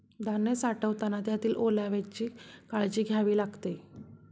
धान्य साठवताना त्यातील ओलाव्याची काळजी घ्यावी लागते